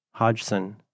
Hodgson